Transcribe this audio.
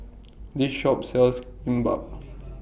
This Shop sells Kimbap